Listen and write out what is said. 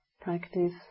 practice